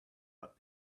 but